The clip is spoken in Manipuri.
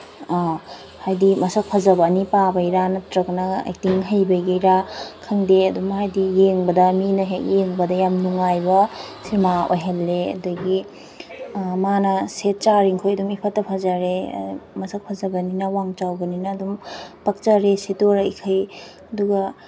ꯍꯥꯏꯗꯤ ꯃꯁꯛ ꯐꯖꯕ ꯑꯅꯤ ꯄꯥꯕꯒꯤꯔ ꯅꯠꯇ꯭ꯔꯒꯅ ꯑꯦꯛꯇꯤꯡ ꯍꯩꯕꯒꯤꯔ ꯈꯪꯗꯦ ꯑꯗꯨꯝ ꯍꯥꯏꯗꯤ ꯌꯦꯡꯕꯗ ꯃꯤꯅ ꯍꯦꯛ ꯌꯦꯡꯕꯗ ꯌꯥꯝ ꯅꯨꯡꯉꯥꯏꯕ ꯁꯤꯃꯥ ꯑꯣꯏꯍꯜꯂꯦ ꯑꯗꯒꯤ ꯃꯥꯅ ꯁꯦꯠ ꯆꯥꯔꯤꯈꯣꯏ ꯑꯗꯨꯝ ꯏꯐꯇ ꯐꯖꯔꯦ ꯃꯁꯛ ꯐꯖꯕꯅꯤꯅ ꯋꯥꯡ ꯆꯥꯎꯕꯅꯤꯅ ꯑꯗꯨꯝ ꯄꯛꯆꯔꯦ ꯁꯦꯠꯇꯣꯛꯂꯛꯏꯈꯩ ꯑꯗꯨꯒ